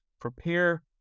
prepare